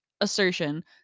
assertion